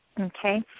Okay